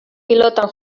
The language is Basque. pilotan